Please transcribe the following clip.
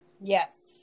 Yes